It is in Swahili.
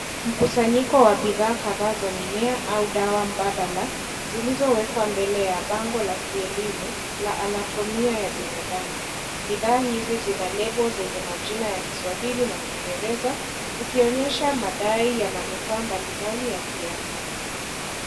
Mukusanyiko wa bidhaa kathaa za mimea au dawa mbadala, zilizo wekwa mbele ya bango la kielimu la anatomia ya binadamu. Bidha hizi zina lebo zenye majina ya kiswahili na kingereza zikionyesha madai ya manufa ambalibali ya kiafya.